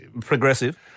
progressive